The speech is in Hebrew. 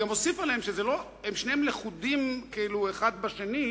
וגם אוסיף ששניהם לכודים כאילו אחד בשני.